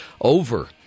over